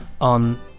on